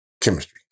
chemistry